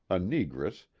a negress,